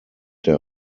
der